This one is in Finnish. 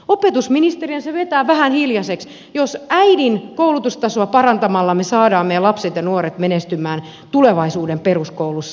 opetusministerin se vetää vähän hiljaiseksi jos äidin koulutustasoa parantamalla me saamme meidän lapset ja nuoret menestymään tulevaisuuden peruskoulussa